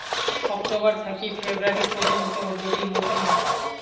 October থাকি February পর্যন্ত রবি মৌসুম